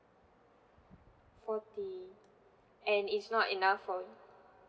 forty and it's not enough for